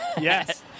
Yes